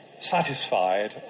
satisfied